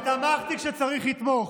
ותמכתי כשצריך לתמוך.